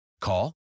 Call